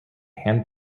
hand